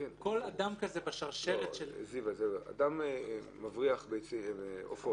כל אדם כזה בשרשרת --- אדם מבריח עופות